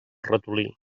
ratolí